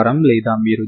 wu1 u2 అనుకోండి